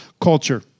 culture